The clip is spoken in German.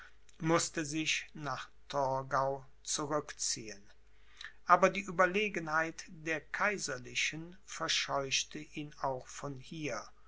mußte sich nach torgau zurückziehen aber die ueberlegenheit der kaiserlichen verscheuchte ihn auch von hier